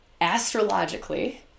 astrologically